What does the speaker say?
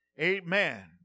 Amen